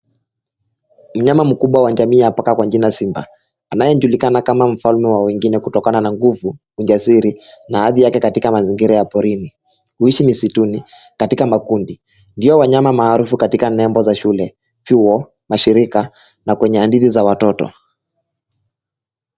Mnyama mkubwa wa jamii anajulikana kama Simba anyejulikana kama mfalme wa wengine kutokana na nguvu ujasiri na hali Yake katika mazingira ya porini huishi misituni katika makundi. Ndio m mnyama maarufu katika nembo za shule ,chuo , mashirika na kwenye hadithi za watoto.